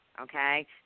okay